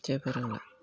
जेबो रोंला